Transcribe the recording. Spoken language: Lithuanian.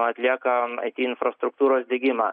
atlieka it infrastruktūros diegimą